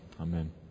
Amen